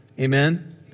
Amen